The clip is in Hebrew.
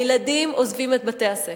הילדים עוזבים את בתי-הספר,